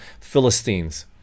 philistines